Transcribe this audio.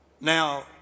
Now